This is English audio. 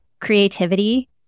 creativity